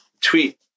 tweet